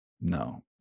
no